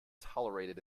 tolerated